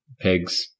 pigs